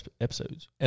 episodes